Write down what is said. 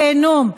גיהינום.